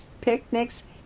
picnics